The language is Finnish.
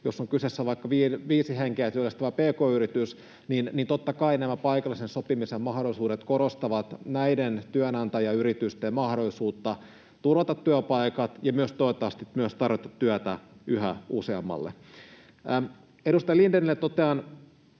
jos on kyseessä vaikka viisi henkeä työllistävä pk-yritys, niin totta kai nämä paikallisen sopimisen mahdollisuudet korostavat näiden työnantajayritysten mahdollisuutta turvata työpaikat ja toivottavasti myös tarjota työtä yhä useammalle. Edustaja Lindénille totean